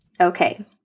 Okay